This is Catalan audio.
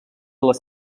les